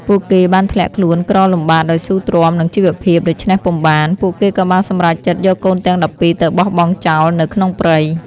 ពួកគេបានធ្លាក់ខ្លួនក្រលំបាកដោយស៊ូទ្រាំនឹងជីវភាពដូច្នេះពុំបាន ពួកគេក៏បានសម្រេចចិត្តយកកូនទាំង១២ទៅបោះបង់ចោលនៅក្នុងព្រៃ។